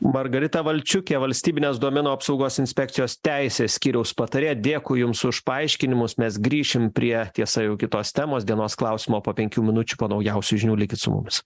margarita valčiukė valstybinės duomenų apsaugos inspekcijos teisės skyriaus patarėja dėkui jums už paaiškinimus mes grįšim prie tiesa jau kitos temos dienos klausimo po penkių minučių po naujausių žinių likit su mumis